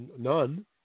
none